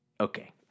Okay